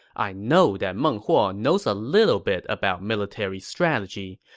i know that meng huo knows a little bit about military strategy,